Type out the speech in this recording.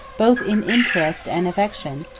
both in interest and affection,